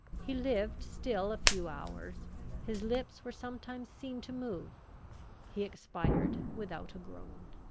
he lived still a few hours his lips were sometimes seen to move he expired without a groan.